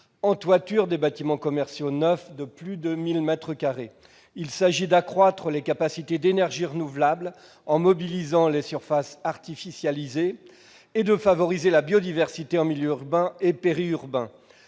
en toiture des bâtiments commerciaux neufs de plus de 1 000 mètres carrés. Il s'agit d'accroître les capacités d'énergie renouvelable en mobilisant les surfaces artificialisées et de favoriser la biodiversité en milieu urbain et périurbain.